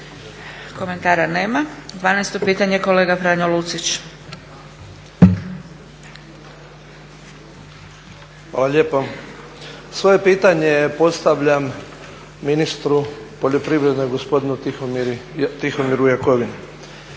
Komentara nema. 12 pitanje kolega Franjo Lucić. **Lucić, Franjo (HDZ)** Hvala lijepa. Svoje pitanje postavljam ministru poljoprivrede gospodinu Tihomiru Jakovini.